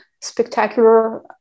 spectacular